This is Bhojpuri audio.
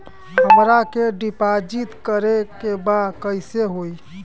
हमरा के डिपाजिट करे के बा कईसे होई?